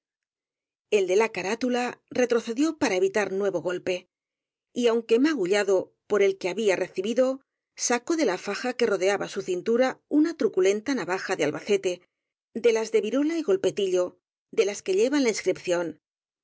el de la carátula retrocedió para evitar nuevo golpe y aunque magullado por el que había recibído sacó de la faja que rodeaba su cintura una tru culenta navaja de albacete de las de virola y golpetillo de las que llevan la inscripción